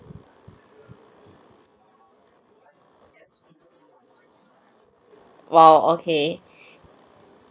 !wow! okay